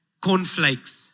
cornflakes